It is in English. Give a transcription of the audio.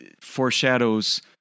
foreshadows